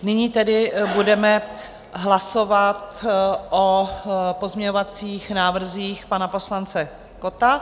Nyní tedy budeme hlasovat o pozměňovacích návrzích pana poslance Kotta.